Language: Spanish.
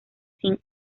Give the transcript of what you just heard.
sin